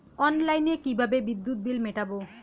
অনলাইনে কিভাবে বিদ্যুৎ বিল মেটাবো?